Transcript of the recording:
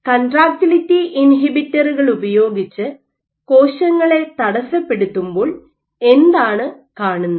Refer slide2016 contractility ഇൻഹിബിറ്ററുകളുപയോഗിച്ച് കോശങ്ങളെ തടസ്സപ്പെടുത്തുമ്പോൾ എന്താണ് കാണുന്നത്